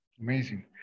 Amazing